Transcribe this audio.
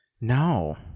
No